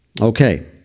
Okay